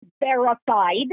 verified